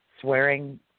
swearing